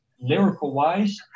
lyrical-wise